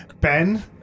Ben